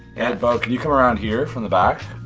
and but can you come around here, from the back?